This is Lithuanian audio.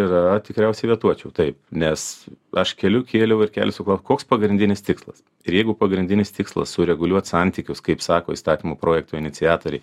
yra tikriausiai vetuočiau taip nes aš keliu kėliau ir kelsiu klausimą koks pagrindinis tikslas ir jeigu pagrindinis tikslas sureguliuot santykius kaip sako įstatymo projekto iniciatoriai